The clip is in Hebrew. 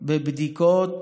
בבדיקות,